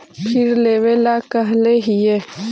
फिर लेवेला कहले हियै?